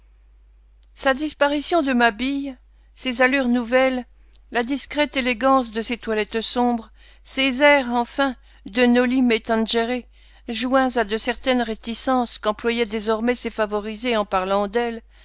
sa disparition de mabille ses allures nouvelles la discrète élégance de ses toilettes sombres ses airs enfin de noli me tangere joints à de certaines réticences qu'employaient désormais ses favorisés en parlant d'elle